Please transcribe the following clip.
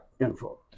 info